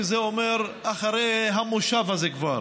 שזה אומר אחרי המושב הזה כבר.